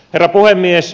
herra puhemies